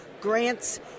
grants